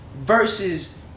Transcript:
versus